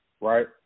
right